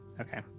okay